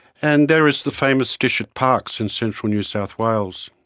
and there is the famous dish at parkes in central new south wales.